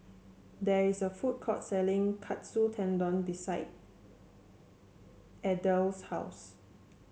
there is a food court selling Katsu Tendon beside Adel's house